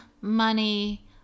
money